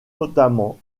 notamment